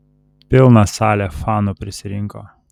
pilna salė fanų prisirinko